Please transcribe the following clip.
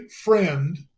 friend